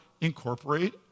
incorporate